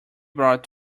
bought